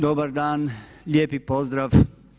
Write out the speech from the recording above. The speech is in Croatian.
Dobar dan, lijepi pozdrav.